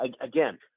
Again